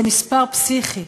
זה מספר פסיכי,